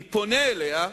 אני פונה אליה,